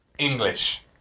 English